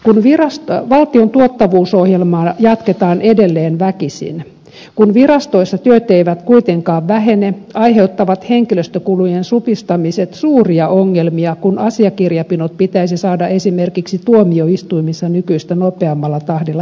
kun valtion tuottavuusohjelmaa jatketaan edelleen väkisin vaikka virastoissa työt eivät kuitenkaan vähene aiheuttavat henkilöstökulujen supistamiset suuria ongelmia kun asiakirjapinot pitäisi saada esimerkiksi tuomioistuimissa nykyistä nopeammalla tahdilla eteenpäin